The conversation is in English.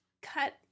cut